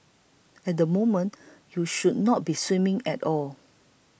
at the moment you should not be swimming at all